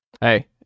Hey